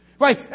Right